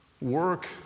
work